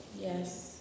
Yes